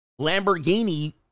Lamborghini